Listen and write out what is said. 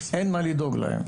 אין מה לדאוג להן.